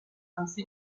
ainsi